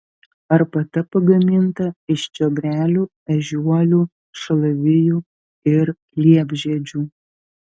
arbata pagaminta iš čiobrelių ežiuolių šalavijų ir liepžiedžių